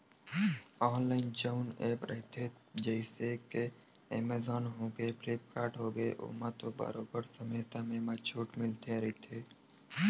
online जउन app रहिथे जइसे के एमेजॉन होगे, फ्लिपकार्ट होगे ओमा तो बरोबर समे समे म छूट मिलते रहिथे